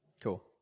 Cool